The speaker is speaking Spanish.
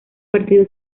partido